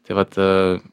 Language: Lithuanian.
tai vat